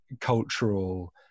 cultural